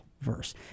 verse